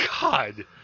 God